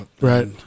Right